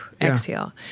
Exhale